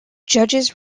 judges